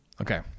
Okay